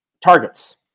targets